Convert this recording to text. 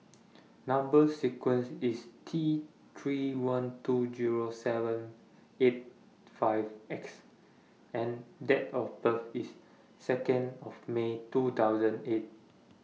Number sequence IS T three one two Zero seven eight five X and Date of birth IS Second of May two thousand eight